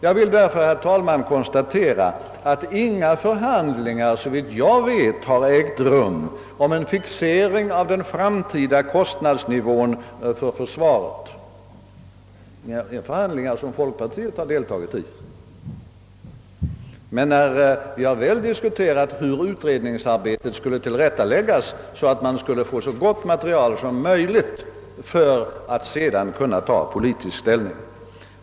Jag vill därför, herr talman, konstatera att inga förhandlingar har ägt rum om en fixering av den framtida kostnadsnivån för försvaret. I varje fall har folkpartiet inte deltagit i sådana förhandlingar. Däremot har vi diskuterat hur utredningsarbetet skulle tillrättaläggas, så att man skulle få så gott material som möjligt för att sedan kunna ta politisk ställning.